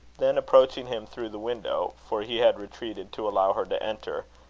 then approaching him through the window, for he had retreated to allow her to enter,